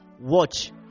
watch